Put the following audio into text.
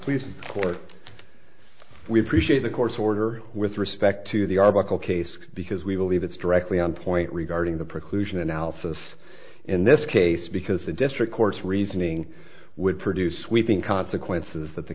pleas for we appreciate the court's order with respect to the arbuckle case because we believe it's directly on point regarding the preclusion analysis in this case because the district court's reasoning would produce we think consequences that the